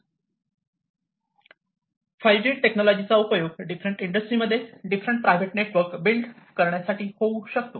5G technology चा उपयोग different industry मध्ये डिफरंट प्रायव्हेट नेटवर्क बिल्ड करण्या साठी होऊ शकतो